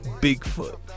Bigfoot